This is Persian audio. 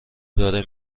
داره